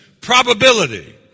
probability